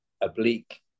oblique